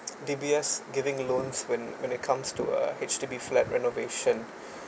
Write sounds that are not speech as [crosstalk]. D_B_S giving loans when when it comes to uh H_D_B flat renovation [breath]